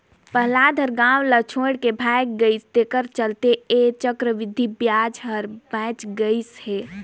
पहलाद ह गाव ल छोएड के भाएग गइस तेखरे चलते ऐ चक्रबृद्धि बियाज हर बांएच गइस हे